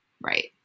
Right